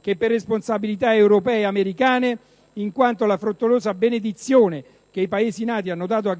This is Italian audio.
che per responsabilità europee e americane, in quanto la frettolosa benedizione che i Paesi NATO hanno dato a